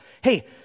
hey